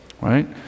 Right